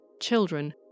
children